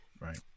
right